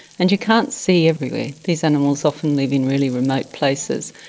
and you can't see everywhere. these animals often live in really remote places.